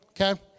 Okay